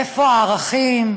איפה הערכים?